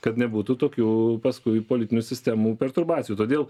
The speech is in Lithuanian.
kad nebūtų tokių paskui politinių sistemų perturbacijų todėl